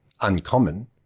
Uncommon